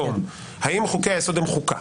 האם חוקי היסוד הם חוקה?